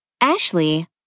Ashley